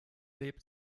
lebt